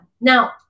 Now